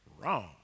Wrong